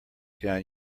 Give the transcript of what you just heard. down